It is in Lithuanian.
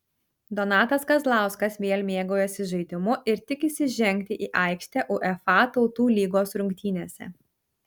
donatas kazlauskas vėl mėgaujasi žaidimu ir tikisi žengti į aikštę uefa tautų lygos rungtynėse